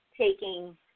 taking